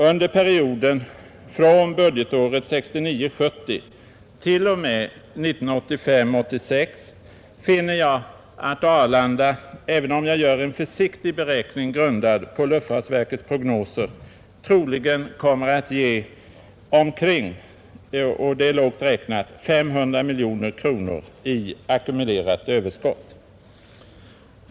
Under perioden från budgetåret 1969 86 finner jag att Arlanda, även om jag gör en försiktig beräkning grundad på luftfartsverkets prognoser, troligen kommer att ge omkring — och det är lågt räknat — 500 miljoner kronor i ackumulerat överskott.